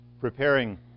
preparing